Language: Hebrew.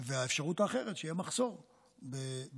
האפשרות האחרת היא שיהיה מחסור בביצים.